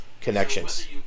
connections